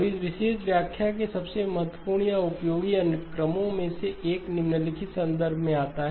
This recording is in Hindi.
अब इस विशेष व्याख्या के सबसे महत्वपूर्ण या उपयोगी अनुप्रयोगों में से एक निम्नलिखित संदर्भ में आता है